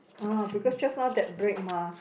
ah because just now that break mah